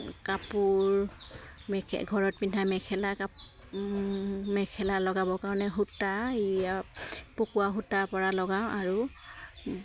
কাপোৰ ঘৰত পিন্ধা মেখেলা কাপোৰ মেখেলা লগাবৰ কাৰণে সূতা এয়া পকুৱা সূতাৰপৰা লগাওঁ আৰু